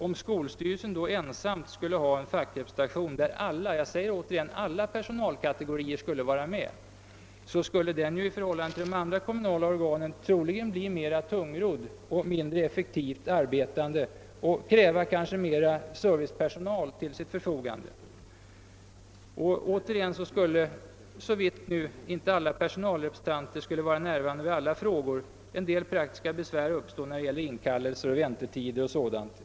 Om skolstyrelsen då ensam skulle ha en fackrepresentation, där alla — jag säger återigen alla — personalkategorier skulle vara med, skulle den ju i förhållande till de andra kommunala organen troligen bli mera tungrodd och mindre effektivt arbetande och kanske kräva mera servicepersonal till sitt förfogande. Återigen skulle, såvitt inte alla personalrepresentanter skulle vara närvarande vid behandling av alla frågor, en del praktiska besvär uppstå i fråga om inkallelser och väntetider och sådant.